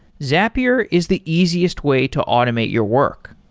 zapier is the easiest way to automate your work.